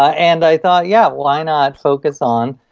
ah and i thought, yeah, why not focus on,